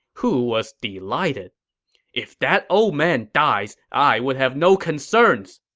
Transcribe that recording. who was delighted if that old man dies, i would have no concerns!